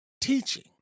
teaching